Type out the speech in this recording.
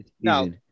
no